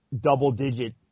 double-digit